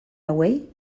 hauei